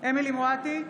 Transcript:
אמילי חיה מואטי,